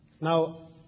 now